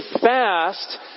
fast